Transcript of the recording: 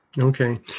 Okay